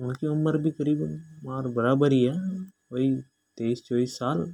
उन की उमर भी मारे बराबर ही है तेइस चोईस साल।